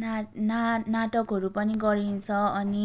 ना ना नाटकहरू पनि गरिन्छ अनि